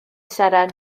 seren